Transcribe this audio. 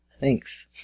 Thanks